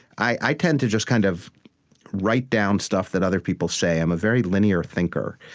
i i tend to just kind of write down stuff that other people say. i'm a very linear thinker.